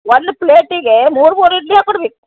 ಒಂದು ಪ್ಲೇಟಿಗೆ ಮೂರು ಮೂರು ಇಡ್ಲಿ ಹಾಕಿ ಕೊಡಿರಿ